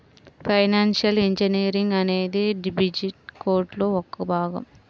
financial engineering అనేది BTech కోర్సులో ఒక భాగం